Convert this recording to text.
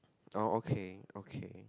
oh okay okay